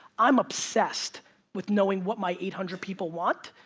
i'm obsessed with knowing what my eight hundred people want,